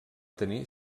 tenir